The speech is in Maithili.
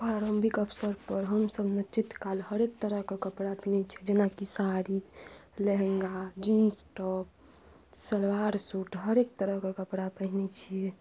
प्रारम्भिक अवसर पर हमसब नाचैत काल हरेक तरहके कपड़ा पहिनै छियै जेनाकि sari lehenga jeans top salwar suit हरेक तरहके कपड़ा पहिनै छियै